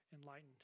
enlightened